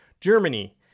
germany